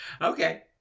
Okay